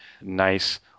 nice